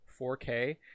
4k